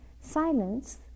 silence